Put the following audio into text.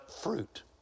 fruit